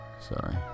Sorry